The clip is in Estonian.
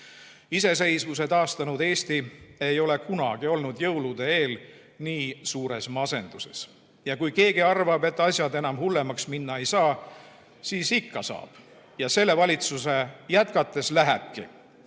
Iseseisvuse taastanud Eesti ei ole kunagi olnud jõulude eel nii suures masenduses. Kui keegi arvab, et asjad enam hullemaks minna ei saa, siis ikka saavad. Ja selle valitsuse jätkates lähebki